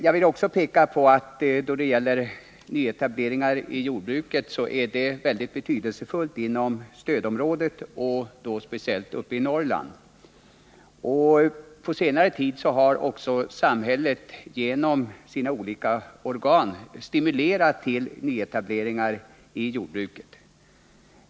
Jag vill också peka på att frågan om nyetableringar inom jordbruket är mycket betydelsefull inom stödområdet, speciellt uppe i Norrland. På senare tid har också samhället genom sina olika organ stimulerat till nyetableringar i jordbruket.